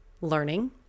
learning